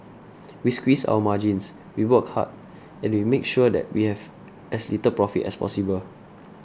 we squeeze our margins we work hard and we make sure that we have as little profit as possible